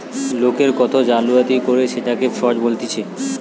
লোকের সাথে জালিয়াতি করলে সেটকে ফ্রড বলতিছে